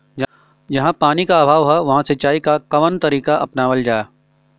जहाँ पानी क अभाव ह वहां सिंचाई क कवन तरीका अपनावल जा?